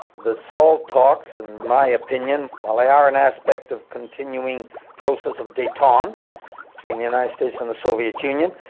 the salt talks in my opinion, while they are an aspect of continuing process of detente between the united states and the soviet union,